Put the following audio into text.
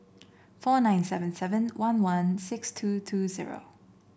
four nine seven seven one one six two two zero